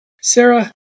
Sarah